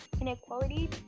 Inequality